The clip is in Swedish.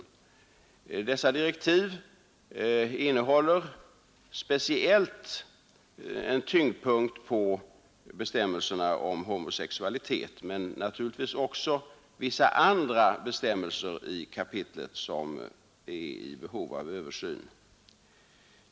I dessa direktiv lägges en speciell tyngdpunkt på bestämmelserna om homosexualitet men naturligtvis tas också upp vissa andra bestämmelser i kapitlet som är i behov av en översyn.